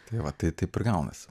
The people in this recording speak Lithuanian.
tai va tai taip gaunasi